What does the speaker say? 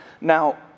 Now